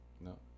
No